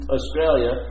Australia